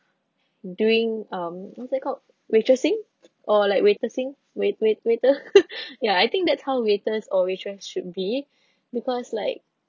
doing um what's that called waitressing or like waitressing wait~ wait~ waiter ya I think that how waiters or waitress should be because like